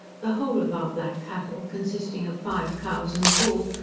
the whole of our black cattle, consisting of five cows and a bull,